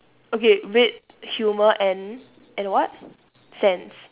okay wit humour and and what sense